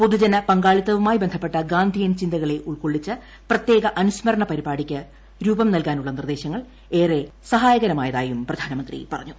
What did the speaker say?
പൊതുജന പങ്കാളിത്തവുമായി ബന്ധപ്പെട്ട ഗാന്ധിയൻ ചിന്ത്കുട്ള ഉൾക്കൊള്ളിച്ച് പ്രത്യേക അനുസ്മരണ പരിപാടിക്ക് രൂപം നൽകാനുള്ള നിർദ്ദേശങ്ങൾ ഏറെ സഹായകരമായതായും പ്രധാനമന്ത്രി പറഞ്ഞു